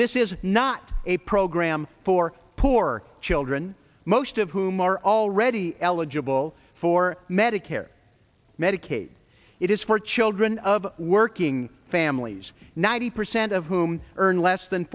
this is not a program for poor children most of whom are already eligible for medicare medicaid it is for children of working families ninety percent of whom earn less than